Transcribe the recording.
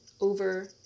over